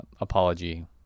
apology